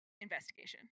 investigation